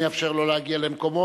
אני אאפשר לו להגיע למקומו,